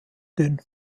dünn